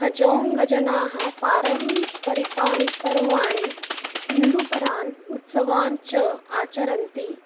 हजौङ्गजनाः पारम्परिकाणि पर्वाणि हिन्दुपरान् उत्सवान् च आचरन्ति